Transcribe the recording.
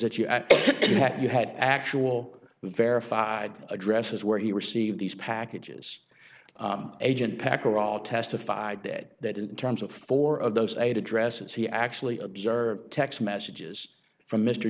that you that you had actual verified addresses where he received these packages agent packer all testified that that in terms of four of those eight addresses he actually observed text messages from m